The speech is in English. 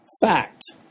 Fact